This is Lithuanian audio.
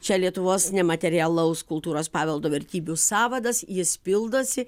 čia lietuvos nematerialaus kultūros paveldo vertybių sąvadas jis pildosi